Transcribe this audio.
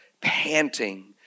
panting